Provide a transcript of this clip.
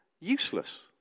useless